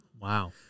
Wow